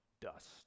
dust